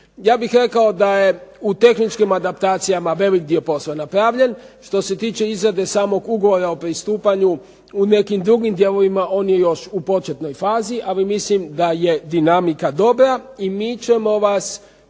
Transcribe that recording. Ja bih rekao da je u tehničkim adaptacijama velik dio posla napravljen. Što se tiče izrade samog ugovora o pristupanju u nekim drugim dijelovima on je još u početnoj fazi, ali mislim da je dinamika dobra, i mi ćemo vas